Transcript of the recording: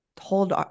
hold